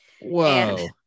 Whoa